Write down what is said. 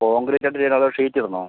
concrete ആയിട്ട് ചെയ്യണോ അതോ ഷീറ്റിടണോ